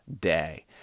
day